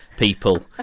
people